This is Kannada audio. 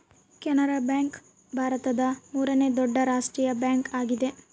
ಕೆನರಾ ಬ್ಯಾಂಕ್ ಭಾರತದ ಮೂರನೇ ದೊಡ್ಡ ರಾಷ್ಟ್ರೀಯ ಬ್ಯಾಂಕ್ ಆಗಿದೆ